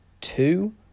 two